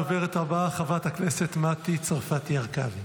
הדוברת הבאה, חברת הכנסת מטי צרפתי הרכבי.